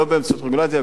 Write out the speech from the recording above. לא באמצעות רגולציה,